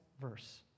verse